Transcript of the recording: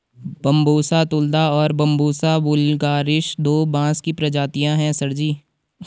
Bambusa tulda और Bambusa vulgaris दो बांस की प्रजातियां हैं सर जी